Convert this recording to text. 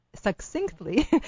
succinctly